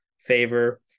favor